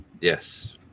Yes